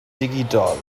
digidol